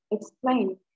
explain